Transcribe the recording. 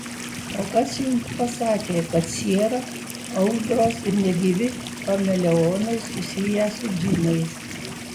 o kas jums pasakė kad siera audros ir negyvi chameleonai susiję su džinais